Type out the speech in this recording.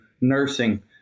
nursing